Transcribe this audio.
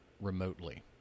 remotely